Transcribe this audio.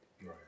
Right